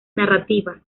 narrativa